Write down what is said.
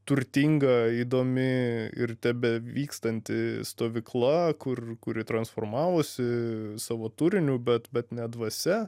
turtinga įdomi ir tebevykstanti stovykla kur kuri transformavosi savo turiniu bet bet ne dvasia